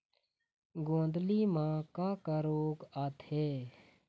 गोंदली म का का रोग आथे?